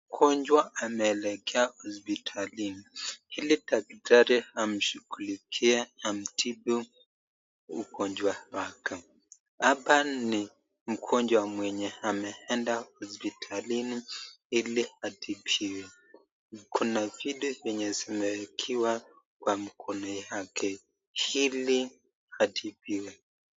Mgonjwa anaelekea hospitalini ili daktari amshughulikie amtibu ugonjwa wake. Hapa ni mgonjwa mwenye ameenda hospitalini ili atibiwe, mkono hili zenye zimewekewa kwa mkono yake ili atibiwe.